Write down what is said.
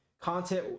Content